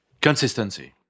Consistency